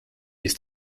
this